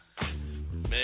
Man